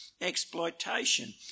exploitation